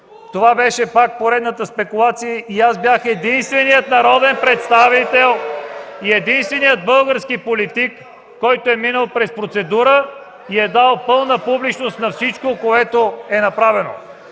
(оживление и реплики в ДПС), и аз бях единственият народен представител и единственият български политик, който е минал през процедура и е дал пълна публичност на всичко, което е направено.